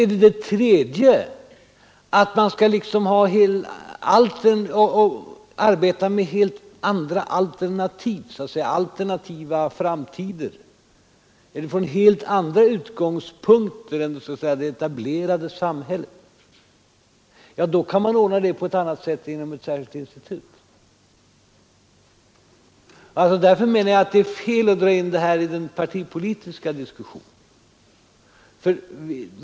För det tredje: Vill man arbeta med helt andra alternativ, alternativa framtider så att säga, eller från helt andra utgångspunkter än det etablerade samhället, då kan man ordna det genom ett särskilt institut. Jag menar att det är fel att dra in detta i den partipolitiska diskussionen.